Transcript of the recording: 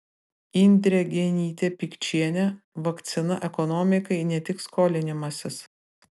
indrė genytė pikčienė vakcina ekonomikai ne tik skolinimasis